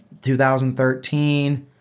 2013